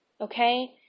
Okay